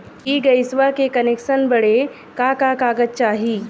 इ गइसवा के कनेक्सन बड़े का का कागज चाही?